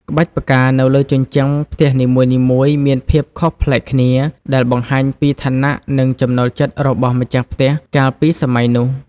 ក្បាច់ផ្កានៅលើជញ្ជាំងផ្ទះនីមួយៗមានភាពខុសប្លែកគ្នា ដែលបង្ហាញពីឋានៈ និងចំណូលចិត្តរបស់ម្ចាស់ផ្ទះកាលពីសម័យនោះ។